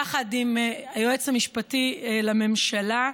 יחד עם היועץ המשפטי לממשלה.